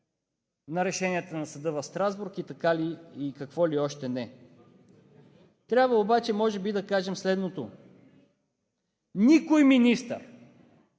на решенията на Съда в Страсбург и какво ли още не. Трябва обаче може би да кажем следното: никой министър,